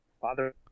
Father